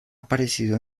aparecido